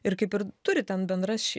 ir kaip ir turi ten bendras